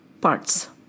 parts